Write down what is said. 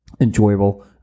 enjoyable